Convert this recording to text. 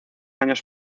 años